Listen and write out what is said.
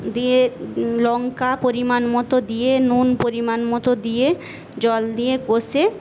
দিয়ে লংকা পরিমাণ মতো দিয়ে নুন পরিমাণ মতো দিয়ে জল দিয়ে কষে